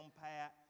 pat